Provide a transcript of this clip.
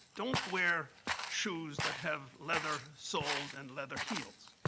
don't wear shoes that have leather soles and leather heels.